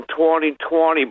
2020